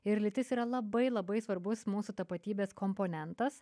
ir lytis yra labai labai svarbus mūsų tapatybės komponentas